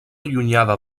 allunyada